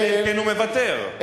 אלא אם כן הוא מוותר.